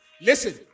Listen